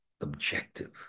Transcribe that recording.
objective